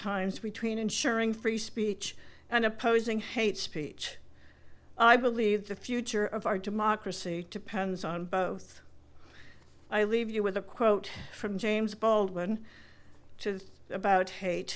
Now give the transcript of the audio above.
times between ensuring free speech and opposing hate speech i believe the future of our democracy depends on both i leave you with a quote from james baldwin to about hate